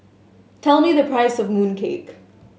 tell me the price of mooncake